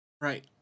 right